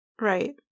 Right